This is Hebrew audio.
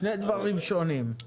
שני דברים שונים.